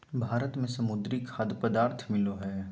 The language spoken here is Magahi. भारत में समुद्री खाद्य पदार्थ मिलो हइ